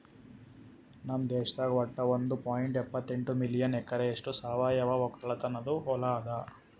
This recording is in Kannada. ನಮ್ ದೇಶದಾಗ್ ವಟ್ಟ ಒಂದ್ ಪಾಯಿಂಟ್ ಎಪ್ಪತ್ತೆಂಟು ಮಿಲಿಯನ್ ಎಕರೆಯಷ್ಟು ಸಾವಯವ ಒಕ್ಕಲತನದು ಹೊಲಾ ಅದ